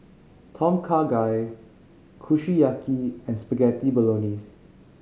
Tom Kha Gai Kushiyaki and Spaghetti Bolognese